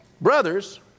brothers